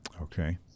okay